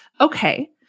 okay